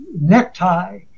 necktie